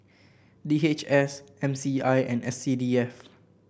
D H S M C I and S C D F